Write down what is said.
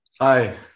Hi